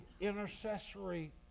intercessory